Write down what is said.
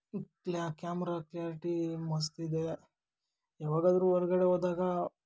ಕ್ಲ್ಯಾ camera clarity ಮಸ್ತ್ ಇದೆ ಯಾವಾಗಾದರೂ ಹೊರ್ಗಡೆ ಹೋದಾಗಾ